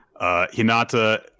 Hinata